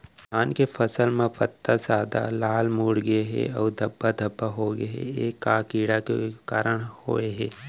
धान के फसल म पत्ता सादा, लाल, मुड़ गे हे अऊ धब्बा धब्बा होगे हे, ए का कीड़ा के कारण होय हे?